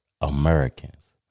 Americans